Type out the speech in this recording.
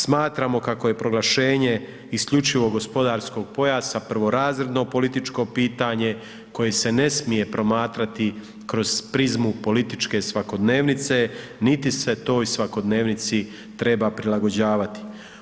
Smatramo kako je proglašenje isključivog gospodarskog pojasa prvorazredno političko pitanje koje se ne smije promatrati kroz prizmu političke svakodnevnice, niti se toj svakodnevnici treba prilagođavati.